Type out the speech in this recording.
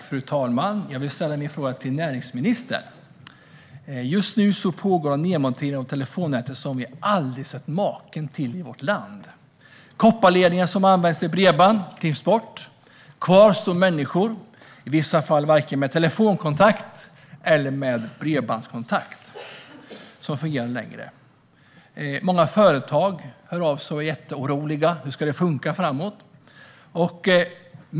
Fru talman! Jag vill ställa min fråga till näringsministern. Just nu pågår en nedmontering av telefonnätet som vi aldrig sett maken till i vårt land. Kopparledningar som används i bredband klipps bort. Kvar står människor i vissa fall utan vare sig telefonkontakt eller bredbandskontakt som fungerar. Många företag hör av sig och är jätteoroliga. Hur ska det funka framöver?